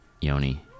yoni